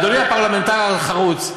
אדוני הפרלמנטר החרוץ?